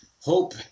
hope